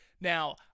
now